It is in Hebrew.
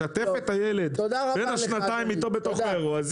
משתף את הילד בן השנתיים באירוע הזה,